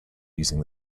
using